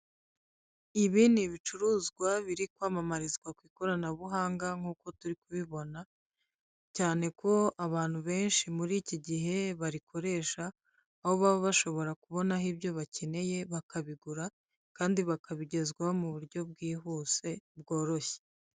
Ibi ni ibicuruzwa biri kwamamarizwa ku ikoranabuhanga nkuko turi kubibona, cyane ko abantu benshi muri iki gihe barikoresha, aho baba bashobora kubonaho ibyo bakeneye bakabigura, kandi bakabigezwaho mu buryo bwihuse bworoshye.